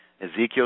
Ezekiel